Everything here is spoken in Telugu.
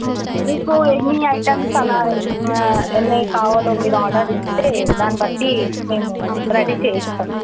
మీకు ఎన్ని ఐటమ్స్ అలా ఎన్ని కావాలో మీరు ఆర్డర్ ఇస్తే దాన్ని బట్టి మేము రెడీ చేయిస్తాము